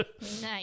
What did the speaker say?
Nice